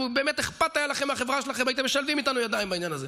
לו באמת היה אכפת לכם מהחברה שלכם הייתם משלבים איתנו ידיים בעניין הזה.